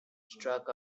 struck